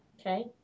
Okay